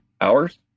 hours